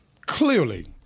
clearly